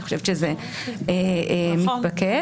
אני חושבת שזה מתבקש.